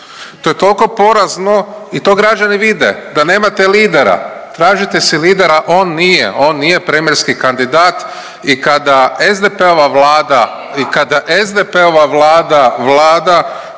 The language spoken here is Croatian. To je toliko porazno i to građani vide, da nemate lidera, tražite si lidera, on nije, on nije premijerski kandidat i kada SDP-ova Vlada